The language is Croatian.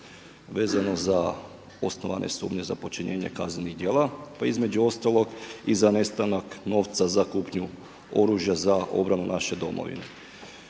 vezano za osnovane sumnje za počinjenje kaznenih djela, pa između ostalog i za nestanak novca za kupnju oružja za obranu naše domovine.